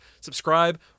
Subscribe